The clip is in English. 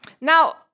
Now